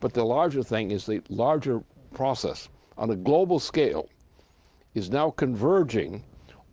but the larger thing is the larger process on a global scale is now converging